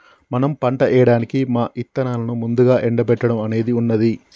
మనం పంట ఏయడానికి మా ఇత్తనాలను ముందుగా ఎండబెట్టడం అనేది ఉన్నది